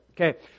Okay